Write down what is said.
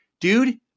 dude